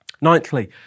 Ninthly